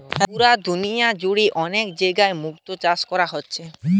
পুরা দুনিয়া জুড়ে অনেক জাগায় মুক্তো চাষ কোরা হচ্ছে